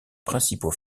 principaux